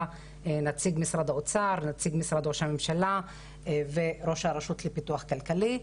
נציג משרד האוצר נציג משרד ראש הממשלה וראש הרשות לפיתוח כלכלי.